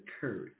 courage